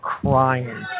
crying